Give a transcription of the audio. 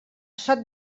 sot